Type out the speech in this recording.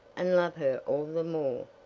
and love her all the more,